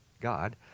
God